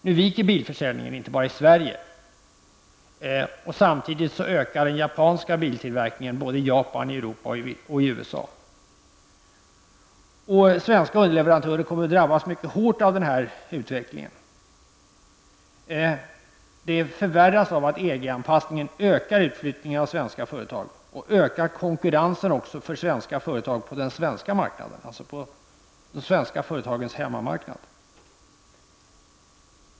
Nu viker bilförsäljningen -- inte bara i Sverige -- samtidigt som den japanska biltillverkningen ökar i såväl Japan som Europa och USA. Svenska underleverantörer kommer att drabbas mycket hårt av denna utveckling. Situationen förvärras av att EG-anpassningen ökar både utflyttningen av svenska företag och konkurrensen för svenska företag på den svenska marknaden, alltså de svenska företagens hemmamarknad.